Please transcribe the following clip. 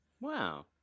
Wow